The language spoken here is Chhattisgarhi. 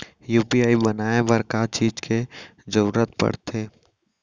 यू.पी.आई बनाए बर का का चीज के जरवत पड़थे?